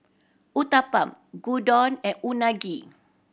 Uthapam Gyudon and Unagi